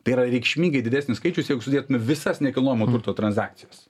tai yra reikšmingai didesnis skaičius jog sudėtume visas nekilnojamo turto tranzakcijas